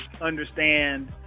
understand